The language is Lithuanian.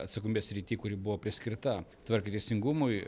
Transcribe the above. atsakomybės srity kuri buvo priskirta tvarkai ir teisingumui